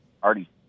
Already